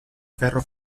ferro